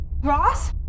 Ross